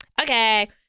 Okay